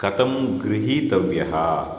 कथं गृहीतव्यः